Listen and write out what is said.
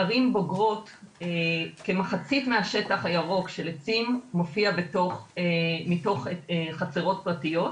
בערים בוגרות כמחצית מהשטח הירוק של עצים מופיע מתוך חצרות פרטיות.